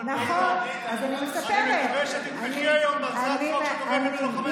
אני מקווה שתתמכי היום בהצעת חוק שתומכת בלוחמי צה"ל.